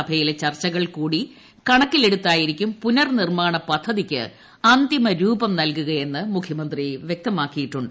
സഭയിലെ ചർച്ചകൾ കൂടി കണക്കിലെടുത്തായിരിക്കും പുനർ നിർമ്മാണ പദ്ധതിക്ക് അന്തിമരൂപം നൽകുകയെന്ന് മുഖ്യമന്ത്രി വൃക്തമാക്കിയിട്ടുണ്ട്